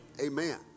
Amen